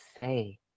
say